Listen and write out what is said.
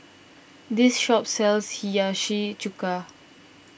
this shop sells Hiyashi Chuka